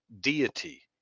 deity